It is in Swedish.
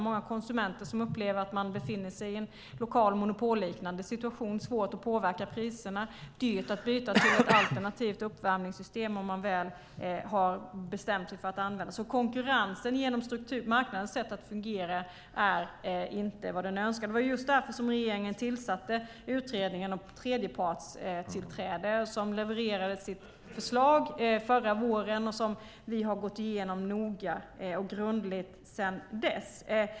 Många konsumenter upplever att de befinner sig i en lokal monopolliknande situation där det är svårt att påverka priserna och dyrt att byta till alternativt uppvärmningssystem. Konkurrensen är inte vad man skulle önska. Det var just därför som regeringen tillsatte utredningen om tredjepartstillträde, som levererade sitt förslag förra våren. Vi har gått igenom det noga och grundligt sedan dess.